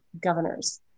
Governors